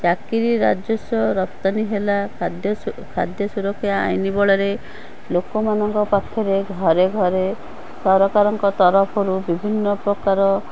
ଚାକିରୀ ରାଜସ୍ୱ ରପ୍ତାନି ହେଲା ଖାଦ୍ୟ ଖାଦ୍ୟ ସୁରକ୍ଷା ଆଇନ ବଳରେ ଲୋକମାନଙ୍କ ପାଖରେ ଘରେ ଘରେ ସରକାରଙ୍କ ତରଫରୁ ବିଭନ୍ନ ପ୍ରକାର